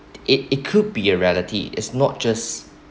it it could be a reality is not just